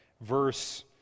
verse